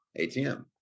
ATM